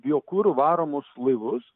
biokuru varomus laivus